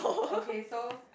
okay so